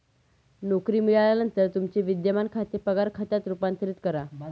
नोकरी मिळाल्यानंतर तुमचे विद्यमान खाते पगार खात्यात रूपांतरित करा